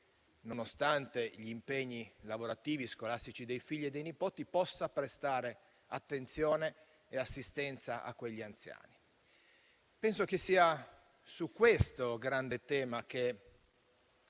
nonostante gli impegni lavorativi e scolastici dei figli e dei nipoti, presta attenzione e assistenza a quegli anziani. Penso che sia questo il grande tema su